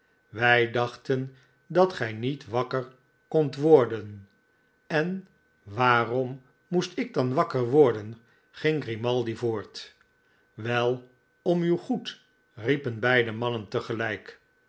wij dachten dat gij niet wakker kondt worden en waarom moest ik dan wakker worden ging grimaldi voort wel om uw goed riepen beide mannen tegelijk